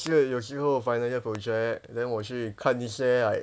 有时候 final year project then 我去看一下 like